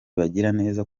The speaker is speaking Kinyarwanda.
bagiraneza